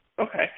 Okay